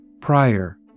prior